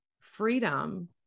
freedom